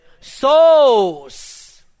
souls